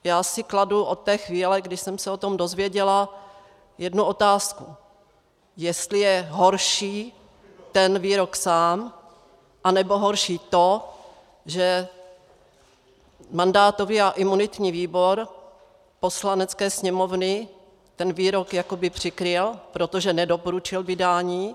Já si kladu od té chvíle, když jsem se o tom dozvěděla, jednu otázku: jestli je horší ten výrok sám, anebo horší to, že mandátový a imunitní výbor Poslanecké sněmovny ten výrok jakoby přikryl, protože nedoporučil vydání.